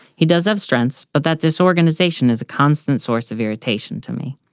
he does have strengths, but that disorganization is a constant source of irritation to me.